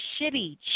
shitty